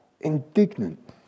indignant